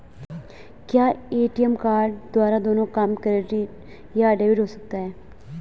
क्या ATM card द्वारा दोनों काम क्रेडिट या डेबिट हो सकता है?